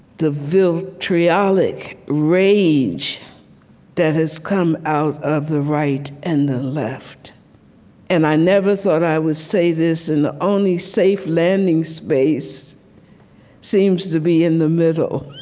the the vitriolic rage that has come out of the right and the left and i never thought i would say this and the only safe landing space seems to be in the middle.